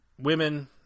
women –